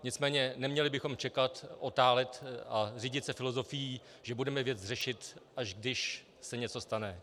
Nicméně neměli bychom čekal, otálet a řídit se filozofií, že budeme věc řešit, až když se něco stane.